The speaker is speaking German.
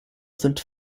sind